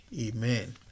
amen